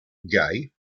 gay